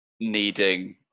needing